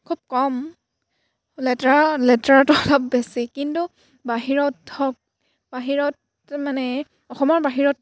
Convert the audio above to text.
খুব কম লেতেৰা লেতেৰাটো অলপ বেছি কিন্তু বাহিৰত হওক বাহিৰত মানে অসমৰ বাহিৰত